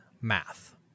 math